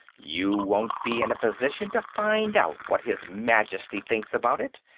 you won't be in a position to find out what his majesty thinks about it,